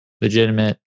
legitimate